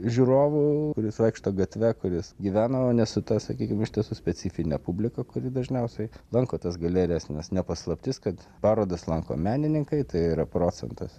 žiūrovu kuris vaikšto gatve kuris gyvena o ne su ta sakykim iš tiesų specifine publika kuri dažniausiai lanko tas galerijas nes ne paslaptis kad parodas lanko menininkai tai yra procentas